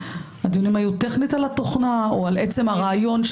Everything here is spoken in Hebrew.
הדיונים היו טכנית על התוכנה או על עצם הרעיון?